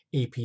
AP